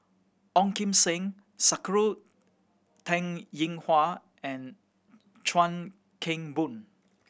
Ong Kim Seng Sakura Teng Ying Hua and Chuan Keng Boon